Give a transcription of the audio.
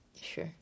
Sure